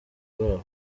babo